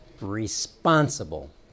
responsible